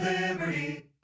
Liberty